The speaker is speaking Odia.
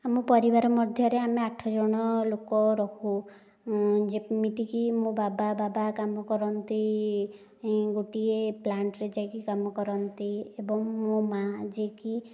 ଆମ ପରିବାର ମଧ୍ୟରେ ଆମେ ଆଠ ଜଣ ଲୋକ ରହୁ ଯେମିତିକି ମୋ ବାବା ବାବା କାମ କରନ୍ତି ଗୋଟିଏ ପ୍ଳାଣ୍ଟରେ ଯାଇକି କାମ କରନ୍ତି ଏବଂ ମୋ ମାଆ ଯିଏକି